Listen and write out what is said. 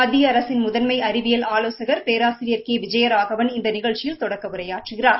முத்திய அரசின் முதன்மை அறிவியல் ஆலோசகள் பேராசிரியா் கே விஜயராகவன் இந்த நிகழ்ச்சியில் தொடக்க உரையாற்றுகிறார்